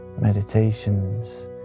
meditations